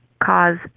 cause